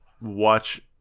watch